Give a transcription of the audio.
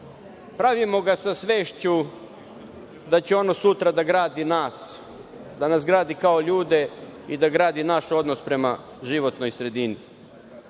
Pravimo ga sa svešću da će ono sutra da gradi nas, da nas gradi kao ljude i da gradi naš odnos prema životnoj sredini.